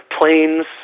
planes